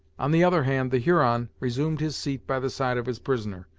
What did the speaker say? on the other hand the huron resumed his seat by the side of his prisoner,